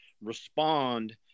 respond